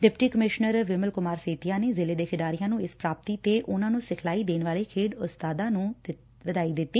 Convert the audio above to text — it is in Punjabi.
ਡਿਪਟੀ ਕਮਿਸ਼ਨਰ ਵੀਮਲ ਕੁਮਾਰ ਸੇਤੀਆ ਨੇ ਜ਼ਿਲੇ ਦੇ ਖਿਡਾਰੀਆਂ ਦੀ ਇਸ ਪਾਪਤੀ ਤੇ ਉਨਾਂ ਨੰ ਸਿਖਲਾਈ ਦੇਣ ਵਾਲੇ ਖੇਡ ਉਸਤਾਦਾਂ ਨੂੰ ਦਿੱਤੀ